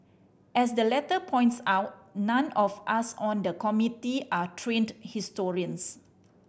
as the letter points out none of us on the Committee are trained historians